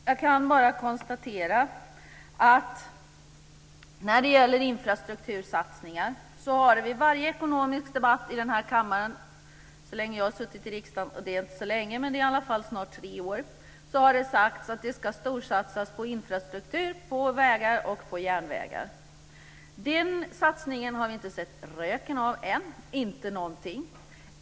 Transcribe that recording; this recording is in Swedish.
Herr talman! Jag kan bara konstatera att när det gäller infrastruktursatsningar har det vid varje ekonomisk debatt i den här kammaren så länge jag har suttit i riksdagen - det är inte så länge, men i alla fall snart tre år - sagts att det ska storsatsas på infrastruktur, på vägar och på järnvägar. Den satsningen har vi inte sett röken av än, inte någonting.